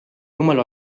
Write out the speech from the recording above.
jumal